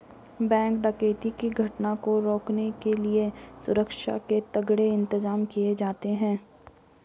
bank डकैती की घटना को रोकने के लिए सुरक्षा के तगड़े इंतजाम किए जाते हैं